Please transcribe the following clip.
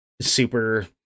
super